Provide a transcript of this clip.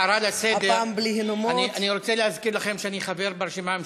הערה לסדר: אני רוצה להזכיר לכם שאני חבר ברשימה המשותפת,